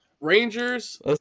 Rangers